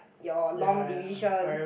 your long division